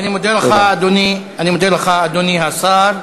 אני מודה לך, אדוני השר.